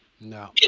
No